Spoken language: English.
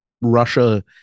Russia